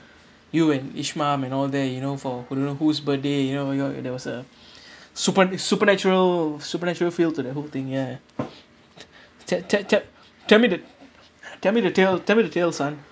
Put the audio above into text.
you and ishmam and all there you know for who don't know who's birthday you know my god there was a super supernatural supernatural feel to that whole thing ya te~ te~ te~ tell me the tell me the tale tell me the tale son